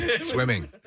swimming